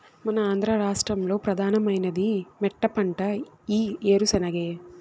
మన ఆంధ్ర రాష్ట్రంలో ప్రధానమైన మెట్టపంట ఈ ఏరుశెనగే